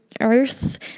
earth